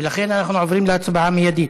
ולכן, אנחנו עוברים להצבעה מיידית.